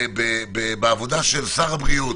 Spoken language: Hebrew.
בעבודה של שר הבריאות,